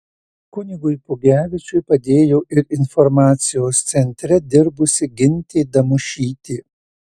kunigui pugevičiui padėjo ir informacijos centre dirbusi gintė damušytė